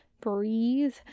Breathe